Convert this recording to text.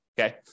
Okay